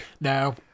No